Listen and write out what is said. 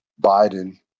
Biden